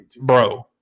Bro